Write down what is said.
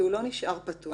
במידה ולא אותר חשוד.